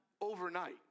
Overnight